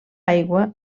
aigua